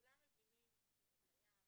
כולם מבינים שזה קיים,